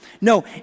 No